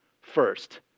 first